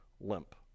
limp